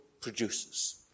produces